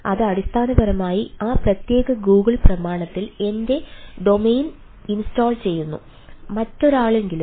അത് അടിസ്ഥാനപരമായി ആ പ്രത്യേക Google പ്രമാണത്തിൽ എന്റെ ഡൊമെയ്ൻ ഇൻസ്റ്റാൾ ചെയ്യുന്നു